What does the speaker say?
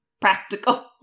practical